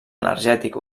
energètic